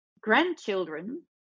grandchildren